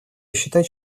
считать